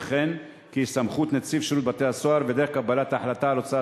וכי סמכות נציב שירות בתי-הסוהר ודרך קבלת החלטה על הוצאת